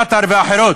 קטאר ואחרות.